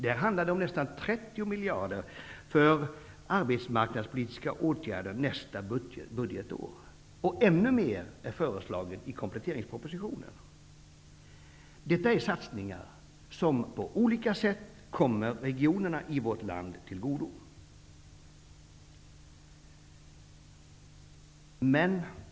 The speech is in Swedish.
Där handlar det om nästan 30 miljarder kronor för arbetsmarknadspolitiska åtgärder nästa år, och ännu mer är föreslaget i kompletteringspropositionen. Detta är satsningar som på olika sätt kommer regionerna i vårt land till godo.